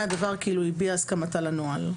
הדבר כאילו הביעה הסכמתה לנוהל."